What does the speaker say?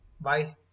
Bye